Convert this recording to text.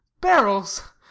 barrels